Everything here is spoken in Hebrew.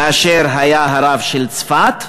כאשר היה הרב של צפת,